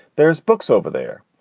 there's books over there.